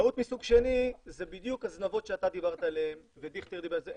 טעות מסוג שני זה בדיוק הזנבות שאתה דיברת עליהן ודיכטר דיבר על זה,